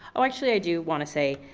oh, actually i do wanna say,